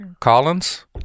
Collins